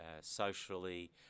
socially